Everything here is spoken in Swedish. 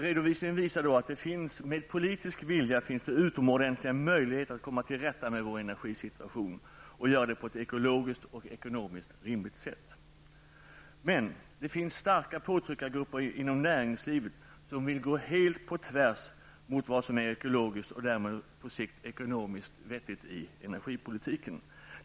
Redovisningen visar att det med politisk vilja finns utomordentliga möjligheter att komma till rätta med vår energisituation och göra det på ett ekologiskt och ekonomiskt rimligt sätt. Det finns emellertid starka påtryckargrupper inom näringslivet, som vill gå helt på tvärs med vad som är ekologiskt och därmed på sikt ekonomiskt vettigt i energipolitiken.